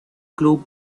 club